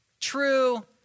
True